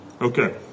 Okay